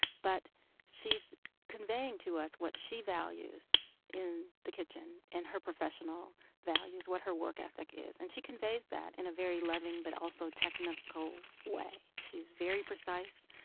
but she's also conveying to us what she values in the kitchen, and her professional values, what her work ethic is. and she conveys that in a very loving but also technical way. she's very precise.